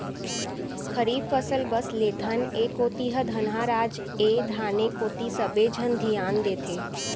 खरीफ फसल बस लेथन, ए कोती ह धनहा राज ए धाने कोती सबे झन धियान देथे